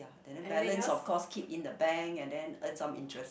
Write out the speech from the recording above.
and then balance of course keep in the bank and then earn some interest